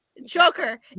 Joker